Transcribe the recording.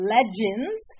Legends